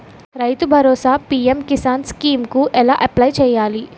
రైతు Bharosa PM Kisan scheme కు ఎలా అప్లయ్ చేయాలి?